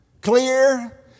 clear